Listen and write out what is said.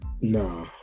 Nah